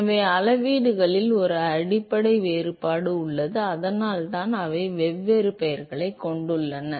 எனவே அளவுகளில் ஒரு அடிப்படை வேறுபாடு உள்ளது அதனால்தான் அவை வெவ்வேறு பெயர்களைக் கொண்டுள்ளன